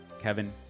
Kevin